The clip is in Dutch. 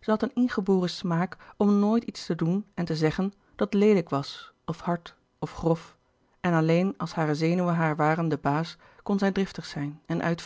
zij had een ingeboren smaak om nooit iets te doen en te zeggen dat leelijk was of hard of grof en alleen als hare zenuwen haar waren de baas kon zij driftig zijn en